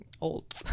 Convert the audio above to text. old